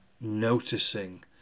noticing